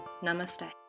Namaste